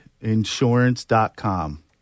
Insurance.com